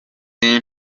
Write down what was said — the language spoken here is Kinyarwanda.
aba